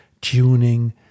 tuning